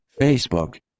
facebook